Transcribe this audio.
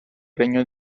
regno